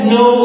no